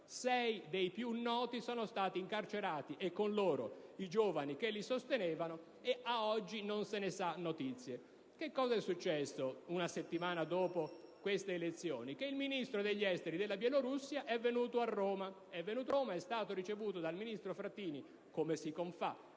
sei dei più noti sono stati incarcerati e con loro i giovani che li sostenevano, e a oggi non se ne ha notizia. Che cosa è successo una settimana dopo queste elezioni? Che il Ministro degli esteri della Bielorussia è venuto a Roma ed è stato ricevuto dal ministro Frattini come si confà